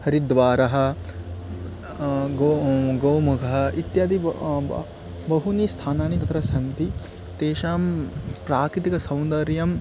हरिद्वारः गो गोमुखम् इत्यादि ब् ब बहूनि स्थानानि तत्र सन्ति तेषां प्राकृतिकसौन्दर्यम्